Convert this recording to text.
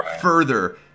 further